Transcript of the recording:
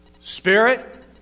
Spirit